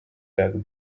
peaaegu